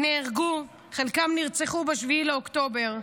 נהרגו, חלקם נרצחו ב-7 באוקטובר.